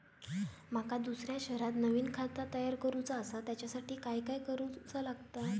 माका दुसऱ्या शहरात नवीन खाता तयार करूचा असा त्याच्यासाठी काय काय करू चा लागात?